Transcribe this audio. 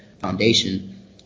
foundation